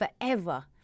forever